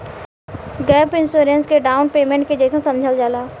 gap insurance के down payment के जइसन समझल जाला